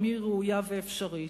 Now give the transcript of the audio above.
גם היא ראויה ואפשרית.